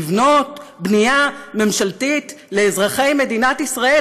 לבנות בנייה ממשלתית לאזרחי מדינת ישראל.